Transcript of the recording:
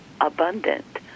abundant